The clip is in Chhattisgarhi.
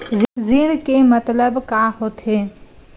ऋण के मतलब का होथे?